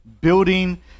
building